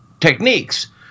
techniques